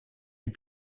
les